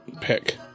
pick